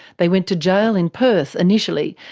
they went to jail in perth initially,